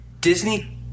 Disney